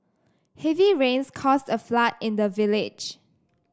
heavy rains caused a flood in the village